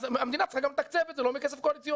אז המדינה צריכה גם לתקצב את זה לא מכסף קואליציוני.